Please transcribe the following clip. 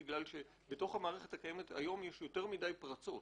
כי בתוך המערכת הקיימת היום יש יותר מדי פרצות,